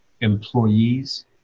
Employees